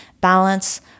balance